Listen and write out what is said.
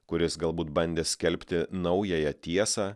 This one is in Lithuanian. kuris galbūt bandė skelbti naująją tiesą